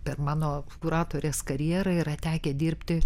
per mano kuratorės karjerą yra tekę dirbti